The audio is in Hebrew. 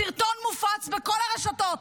הסרטון מופץ בכל הרשתות.